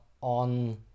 on